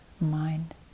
mind